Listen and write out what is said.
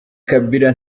kabila